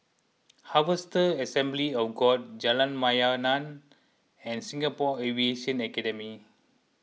Harvester Assembly of God Jalan Mayaanam and Singapore Aviation Academy